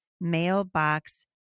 mailbox